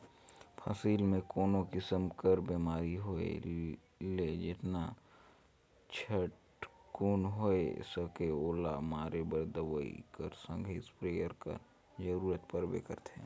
फसिल मे कोनो किसिम कर बेमारी होए ले जेतना झटकुन होए सके ओला मारे बर दवई कर संघे इस्पेयर कर जरूरत परबे करथे